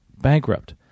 bankrupt